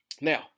Now